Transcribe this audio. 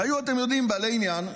והיו, אתם יודעים, בעלי עניין,